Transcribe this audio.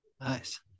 Nice